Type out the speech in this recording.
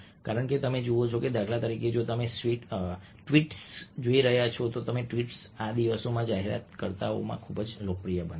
કારણ કે તમે જુઓ છો કે દાખલા તરીકે જો તમે ટ્વીટ્સ જોઈ રહ્યા છો તો ટ્વીટ્સ આ દિવસોમાં જાહેરાતકર્તાઓમાં ખૂબ જ લોકપ્રિય બની છે